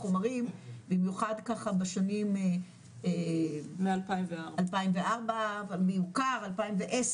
החומרים במיוחד ככה בשנים 2004 והוכר 2010,